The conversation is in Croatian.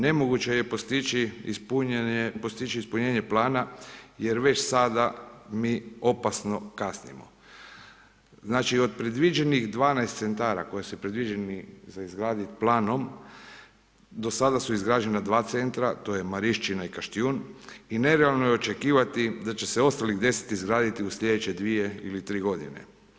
Nemoguće je postići ispunjenje plana jer već sada mi opasno kasnimo, znači od predviđenih 12 centara koji su predviđeni za izgradit planom do sada su izgrađena 2 centra to je Marišćina i Kaštjun i nerealno je očekivati da će se ostalih 10 izgraditi u slijedeće 2 ili 3 godine.